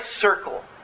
circle